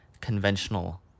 conventional